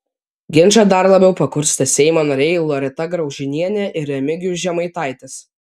ginčą dar labiau pakurstė seimo nariai loreta graužinienė ir remigijus žemaitaitis